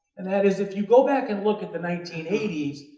and that is if you go back and look at the nineteen eighty s,